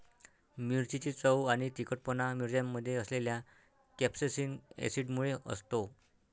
मिरचीची चव आणि तिखटपणा मिरच्यांमध्ये असलेल्या कॅप्सेसिन ऍसिडमुळे असतो